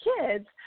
kids